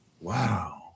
Wow